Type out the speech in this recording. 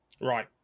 Right